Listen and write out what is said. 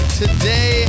today